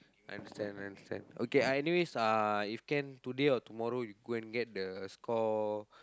I understand I understand okay ah anyways ah if can today or tomorrow you go and get the score